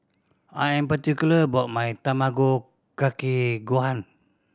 I'm particular about my Tamago Kake Gohan